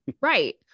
Right